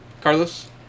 Carlos